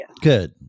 Good